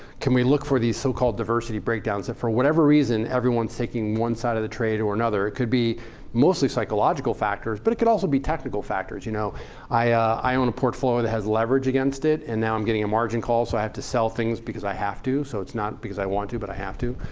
can we look for these so-called diversity breakdowns. and for whatever reason, everyone's taking one side of the trade over another. it could be mostly psychological factors. but it could also be technical factors. you know i i own a portfolio that has leverage against it. and now i'm getting a margin call. so i have to sell things because i have to. so it's not because i want to, but i have to.